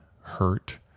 hurt